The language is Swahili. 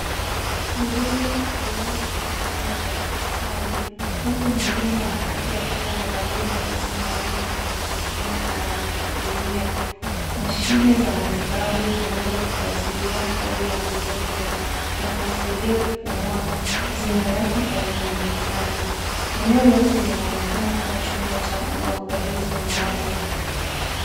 Mgonjwa amelala kwenye kitanda cha hospitali. Huku mhudumu wa afya akiwa amevalia mavazi maalum ya kujikinga anamuhudumia. Mashine za matibabu zinazofuatilia hali ya mgonjwa na kumsaidia kupumua, ziimewekwa karibu na kitanda. Eneo lote linaoekana kuwa chumba cha uangalizi maalum.